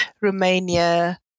Romania